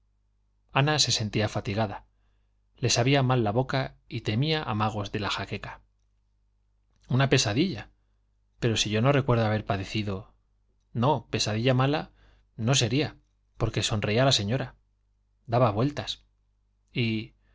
ana se sentía fatigada le sabía mal la boca y temía los amagos de la jaqueca una pesadilla pero si yo no recuerdo haber padecido no pesadilla mala no sería porque sonreía la señora daba vueltas y y